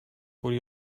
would